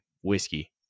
whiskey